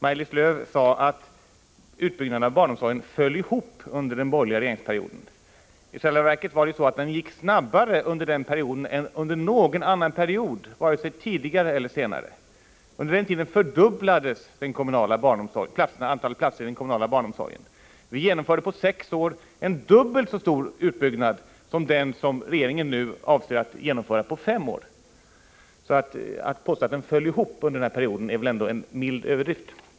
Maj-Lis Lööw sade att utbyggnaden av barnomsorgen föll ihop under den borgerliga regeringsperioden. I själva verket var utbyggnadstakten snabbare under den perioden än under någon annan period, vare sig tidigare eller senare. Under den borgerliga regeringsperioden fördubblades antalet platser i den kommunala barnomsorgen. Vi genomförde under sex år en dubbelt så stor utbyggnad som den som regeringen nu avser att genomföra på fem år. Att påstå att barnomsorgen föll ihop under denna period är väl ändå en mild överdrift.